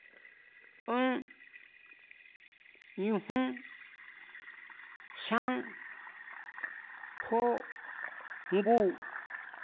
Ón, ñujún, jyan, jó, ngu.